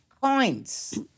Coins